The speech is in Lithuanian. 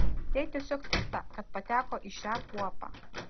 jai tiesiog pikta kad pateko į šią kuopą